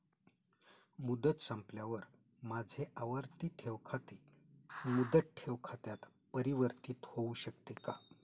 मुदत संपल्यावर माझे आवर्ती ठेव खाते मुदत ठेव खात्यात परिवर्तीत होऊ शकते का?